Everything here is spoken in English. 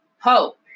Hope